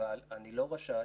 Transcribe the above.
אבל אני לא רשאי,